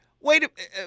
Wait